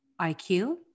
IQ